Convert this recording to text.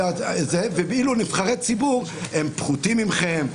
ואילו נבחרי ציבור הם פחותים מכם,